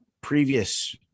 previous